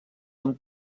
amb